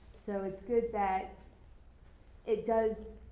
so it's good that it does